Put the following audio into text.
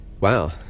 Wow